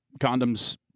condoms